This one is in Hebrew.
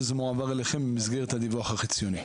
וזה מועבר אליכם במסגרת הדיווח החציוני.